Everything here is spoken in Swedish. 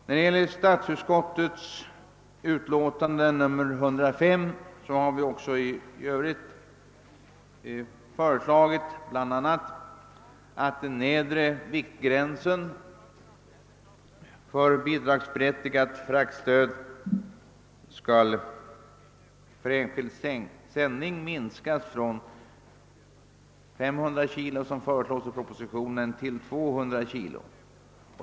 När det gäller statsutskottets utlåtande nr 105 i övrigt har vi föreslagit att den nedre viktsgränsen för fraktstöd för enskild sändning skall minskas från 500 kg, såom föreslås i propositionen, till 200 kg.